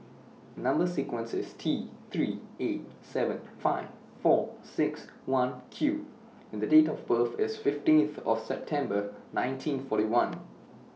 Number sequence IS T three eight seven five four six one Q and The Date of birth IS fifteenth of September nineteen forty one